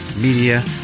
Media